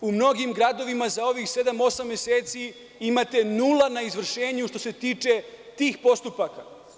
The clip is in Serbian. U mnogim gradovima za ovih sedam, osam meseci imate nula na izvršenju što se tiče tih postupaka.